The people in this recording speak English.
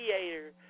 theater